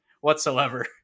whatsoever